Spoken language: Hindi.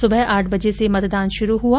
सुबह आठ बजे से मतदान शुरू हुआ